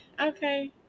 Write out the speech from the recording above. okay